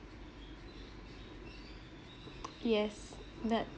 yes that